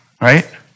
right